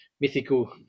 mythical